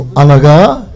anaga